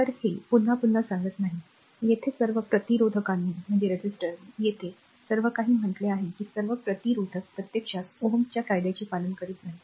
तर हे पुन्हा पुन्हा सांगत नाही येथे येथे सर्व प्रतिरोधकांनी येथे सर्व काही म्हटले आहे की सर्व प्रतिरोधक प्रत्यक्षात Ω च्या कायद्याचे पालन करीत नाहीत